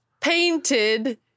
painted